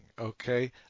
okay